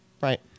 right